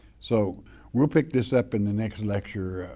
so we'll pick this up in the next lecture.